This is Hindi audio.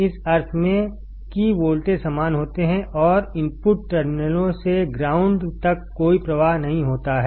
इस अर्थ में कि वोल्टेज समान होते हैं और इनपुट टर्मिनलों से ग्राउंड तक कोई प्रवाह नहीं होता है